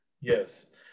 Yes